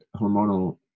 hormonal